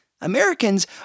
Americans